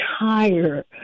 entire